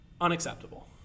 Unacceptable